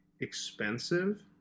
expensive